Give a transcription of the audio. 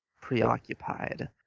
preoccupied